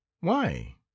Why